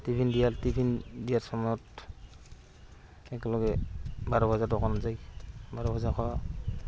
tiffin দিয়াৰ tiffin দিয়াৰ সময়ত একেলগে বাৰ বজাত দোকান যায় বাৰ বজাত খোৱা